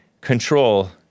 control